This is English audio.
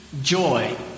joy